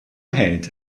ahead